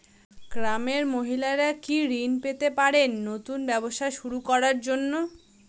গ্রামের মহিলারা কি কি ঋণ পেতে পারেন নতুন ব্যবসা শুরু করার জন্য?